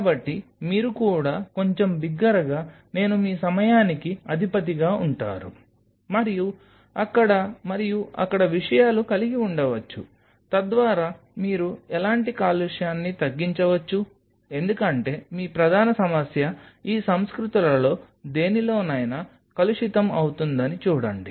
కాబట్టి మీరు కూడా కొంచెం బిగ్గరగా నేను మీ సమయానికి అధిపతిగా ఉంటారు మరియు అక్కడ మరియు అక్కడ విషయాలు కలిగి ఉండవచ్చు తద్వారా మీరు ఎలాంటి కాలుష్యాన్ని తగ్గించవచ్చు ఎందుకంటే మీ ప్రధాన సమస్య ఈ సంస్కృతులలో దేనిలోనైనా కలుషితం అవుతుందని చూడండి